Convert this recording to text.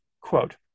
quote